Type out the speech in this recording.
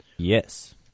Yes